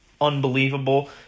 unbelievable—